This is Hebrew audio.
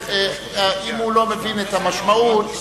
אם הוא לא מבין את המשמעות,